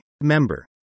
Member